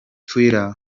twitter